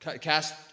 cast